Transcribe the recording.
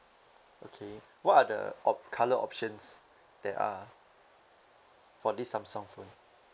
okay what are the op~ colour options there are for this samsung phone